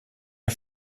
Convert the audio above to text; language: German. ihr